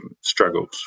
struggles